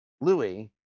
Louis